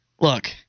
look